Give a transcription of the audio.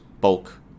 bulk